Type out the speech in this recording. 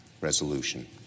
resolution